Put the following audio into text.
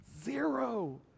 Zero